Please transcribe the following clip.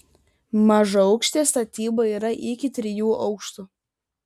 mažaaukštė statyba yra iki trijų aukštų